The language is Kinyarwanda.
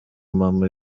mama